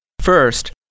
First